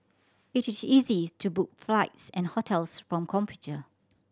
it is easy to book flights and hotels from computer